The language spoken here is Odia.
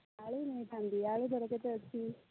ଆଳୁ ନେଇଥାନ୍ତି ଆଳୁଦର କେତେ ଅଛି